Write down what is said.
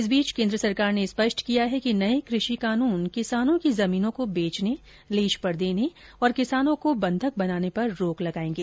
इस बीच केन्द्र सरकार ने स्पष्ट किया है कि नए कृषि कानून किसानों की जमीनों को बेचने लीज पर देने और किसानों को बंधक बनाने पर रोक लगाएंगे